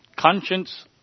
Conscience